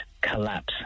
collapse